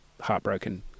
heartbroken